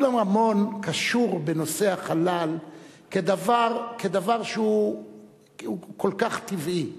אילן רמון קשור בנושא החלל כדבר שהוא כל כך טבעי.